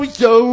yo